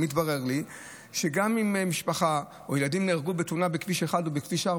התברר לי שגם אם משפחה או ילדים נהרגו בתאונה בכביש 1 או בכביש 4,